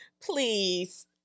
Please